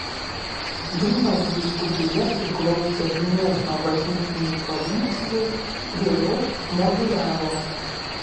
vilniaus vyskupija priklausė gniezno bažnytinei provincijai vėliau mogiliavo